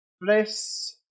Bliss